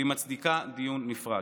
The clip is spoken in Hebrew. והיא מצדיקה דיון נפרד.